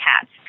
cats